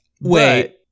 Wait